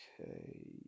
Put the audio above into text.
okay